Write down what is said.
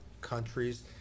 countries